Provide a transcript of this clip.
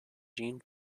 gene